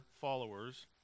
followers